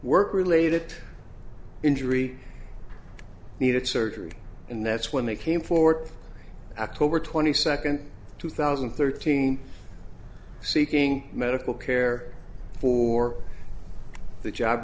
work related injury needed surgery and that's when they came forward a covert twenty second two thousand and thirteen seeking medical care for the job